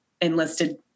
enlisted